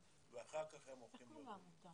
זה אותן 200. לכן אני לא צריך פה את האוצר.